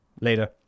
later